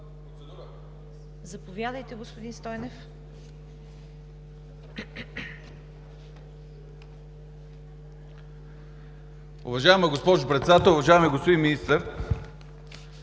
Заповядайте, господин Стойнев.